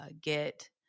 get